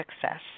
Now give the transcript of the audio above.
Success